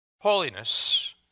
Holiness